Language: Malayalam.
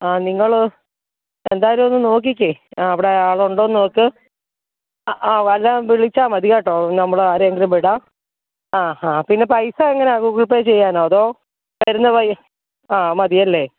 ആ നിങ്ങൾ എന്തായാലും ഒന്ന് നോക്കിക്കേ ആ അവിടെ ആൾ ഉണ്ടോ എന്ന് നോക്ക് ആ വല്ലതും വിളിച്ചാൽ മതി കേട്ടോ നമ്മൾ ആരെയെങ്കിലും വിടാം ആ ആ പിന്നെ പൈസ എങ്ങനെയാണ് ഗൂഗിൾ പേ ചെയ്യാനോ അതൊ വരുന്ന പയ്യൻ ആ മതി അല്ലേ